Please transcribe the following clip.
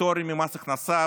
פטורים ממס הכנסה,